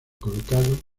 colocado